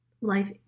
life